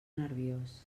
nerviós